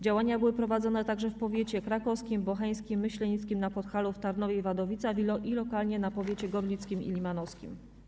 Działania były prowadzone także w powiatach krakowskim, bocheńskim, myślenickim, na Podhalu, w Tarnowie i Wadowicach oraz lokalnie w powiatach gorlickim i limanowskim.